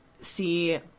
see